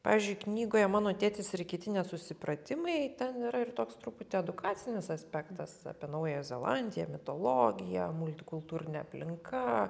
pavyzdžiui knygoje mano tėtis ir kiti nesusipratimai ten yra ir toks truputį edukacinis aspektas apie naująją zelandiją mitologija multikultūrinė aplinka